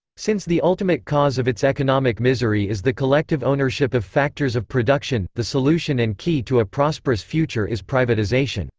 since the ultimate cause of its economic misery is the collective ownership of factors of production, the solution and key to a prosperous future is privatization.